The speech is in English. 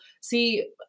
see